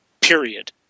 period